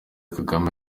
kagame